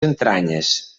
entranyes